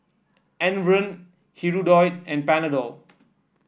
Enervon Hirudoid and Panadol